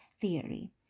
theory